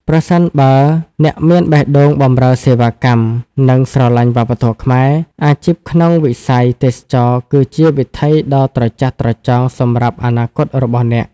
ប្រសិនបើអ្នកមានបេះដូងបម្រើសេវាកម្ម និងស្រឡាញ់វប្បធម៌ខ្មែរ អាជីពក្នុងវិស័យទេសចរណ៍គឺជាវិថីដ៏ត្រចះត្រចង់សម្រាប់អនាគតរបស់អ្នក។